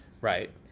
Right